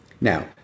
Now